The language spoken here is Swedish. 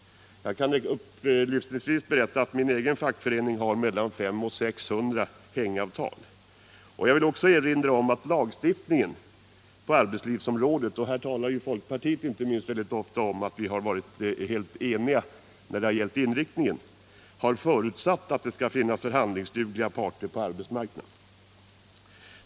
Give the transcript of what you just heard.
Jag kan upplysa om att min fackförening har mellan 500 och 600 hängavtal. Jag vill också erinra om att lagstiftningen på arbetslivsområdet har förutsatt att det skall finnas förhandlingsdugliga parter på arbetsmarknaden. Inte minst folkpartiet talar här om att vi har varit helt eniga när det gällt inriktningen.